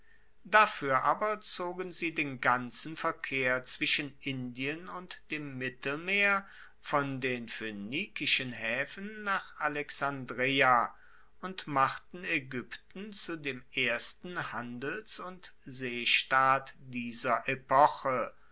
dafuer aber zogen sie den ganzen verkehr zwischen indien und dem mittelmeer von den phoenikischen haefen nach alexandreia und machten aegypten zu dem ersten handels und seestaat dieser epoche